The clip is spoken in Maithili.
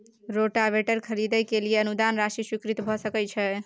रोटावेटर खरीदे के लिए अनुदान राशि स्वीकृत भ सकय छैय?